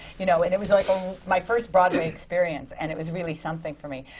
you know it it was like my first broadway experience, and it was really something for me.